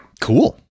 Cool